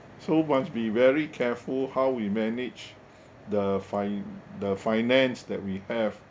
so must be very careful how we manage the fin~ the finance that we have